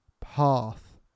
path